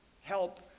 help